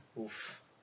Oof